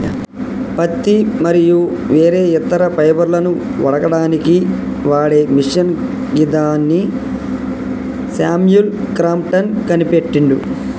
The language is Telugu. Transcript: పత్తి మరియు వేరే ఇతర ఫైబర్లను వడకడానికి వాడే మిషిన్ గిదాన్ని శామ్యుల్ క్రాంప్టన్ కనిపెట్టిండు